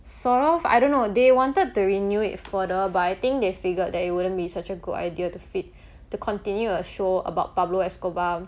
sort of I don't know they wanted to renew it further but I think they figured that it wouldn't be such a good idea to fit to continue a show about pablo escobar